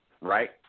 right